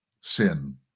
sin